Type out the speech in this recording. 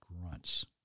grunts